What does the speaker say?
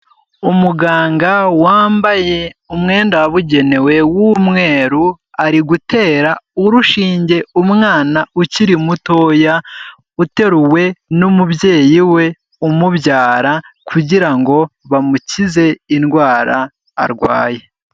Umuganga wambaye umwenda wabugenewe w'umweru, ari gutera urushinge umwana ukiri mutoya uteruwe n'umubyeyi we umubyara kugira ngo bamukize indwara arwaye.